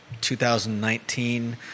2019